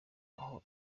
aho